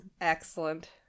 Excellent